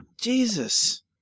Jesus